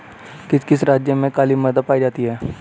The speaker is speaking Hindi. किस किस राज्य में काली मृदा पाई जाती है?